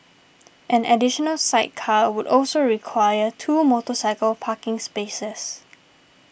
an additional sidecar would also require two motorcycle parking spaces